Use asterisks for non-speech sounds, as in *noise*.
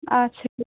আচ্ছা *unintelligible*